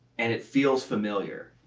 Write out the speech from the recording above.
and it feels familiar.